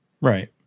Right